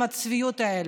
עם הצביעות הזו.